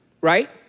right